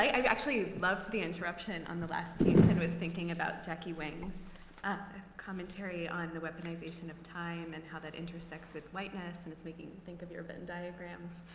i actually loved the interruption on the last piece and was thinking about jackie wang's commentary on the weaponization of time and how that intersects with whiteness. and it's making me and think of your venn diagrams.